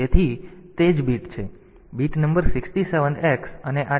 તેથી bit number 67 x અને આ 2Cx